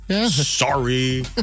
Sorry